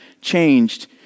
changed